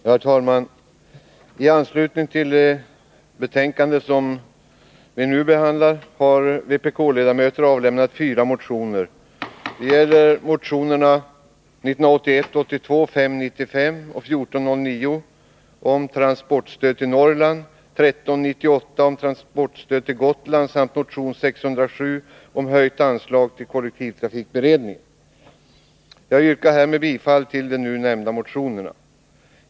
Herr talman! I anslutning till det nu behandlade betänkandet har vpk-ledamöter avlämnat fyra motioner. Det gäller motionerna 1981/82:595 och 1409 om transportstöd till Norrland, 1398 om transportstöd till Gotland samt 607 om höjt anslag till kollektivtrafikberedningen. Jag yrkar härmed bifall till de nu nämnda motionerna.